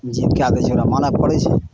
जे कए दै छै ओकरा मानऽ परै छै